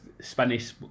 Spanish